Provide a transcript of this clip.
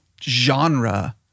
genre